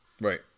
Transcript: Right